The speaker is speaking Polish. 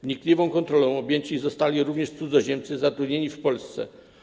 Wnikliwą kontrolą objęci zostali również cudzoziemcy zatrudnieni w Polsce.